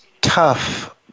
tough